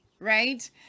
Right